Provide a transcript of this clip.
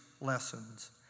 lessons